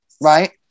right